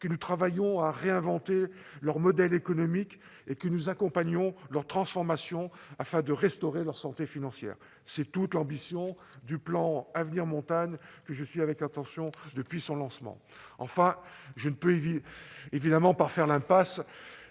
que nous travaillions à réinventer leur modèle économique et que nous accompagnions leur transformation pour les aider à retrouver leur santé financière. C'est toute l'ambition du plan Avenir montagnes, que je suis avec attention depuis son lancement. Enfin, je ne peux évidemment pas faire l'impasse